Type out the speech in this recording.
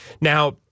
Now